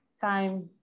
time